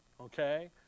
okay